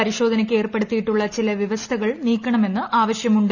പരിശോധനയ്ക്ക് ഏർപ്പെടുത്തിയിട്ടുള്ള ചില വ്യവസ്ഥകൾ നീക്കണമെന്ന് ആവശ്യമുണ്ട്